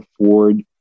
afford